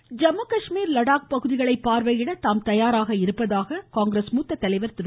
ராகுல் காந்தி ஜம்மு காஷ்மீர் லடாக் பகுதிகளை பார்வையிட தாம் தயாராக இருப்பதாக காங்கிரஸ் மூத்த தலைவர் திரு